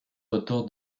autour